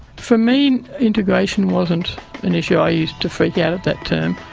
for me integration wasn't an issue. i used to freak out at that term,